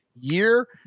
year